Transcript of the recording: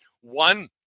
One